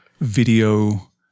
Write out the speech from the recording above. video